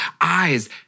eyes